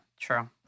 true